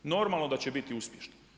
Normalno da će biti uspješni.